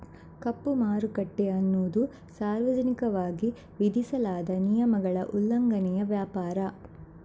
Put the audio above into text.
ಕಪ್ಪು ಮಾರುಕಟ್ಟೆ ಅನ್ನುದು ಸಾರ್ವಜನಿಕವಾಗಿ ವಿಧಿಸಲಾದ ನಿಯಮಗಳ ಉಲ್ಲಂಘನೆಯ ವ್ಯಾಪಾರ